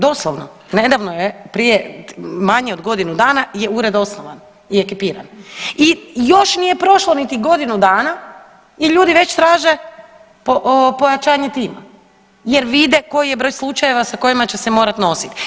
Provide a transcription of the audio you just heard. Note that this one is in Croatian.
Doslovno nedavno je prije manje od godinu dana ured osnovan i ekipiran i još nije prošlo niti godinu dana i ljudi već traže pojačanje tima, jer vide koji je broj slučajeva sa kojima će morati nositi.